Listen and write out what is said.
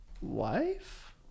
wife